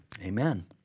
Amen